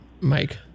Mike